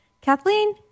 Kathleen